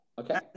Okay